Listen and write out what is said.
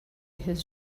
his